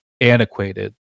antiquated